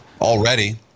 already